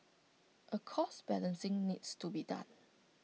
A cost balancing needs to be done